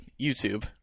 YouTube